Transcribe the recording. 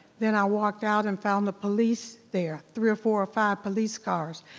then i walked out and found the police there, three or four or five police cars.